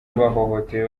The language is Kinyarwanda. abahohotewe